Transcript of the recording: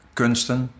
kunsten